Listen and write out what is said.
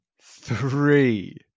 three